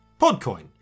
PodCoin